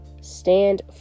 stand